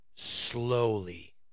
Slowly